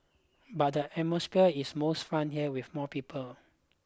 but the atmosphere is most fun here with more people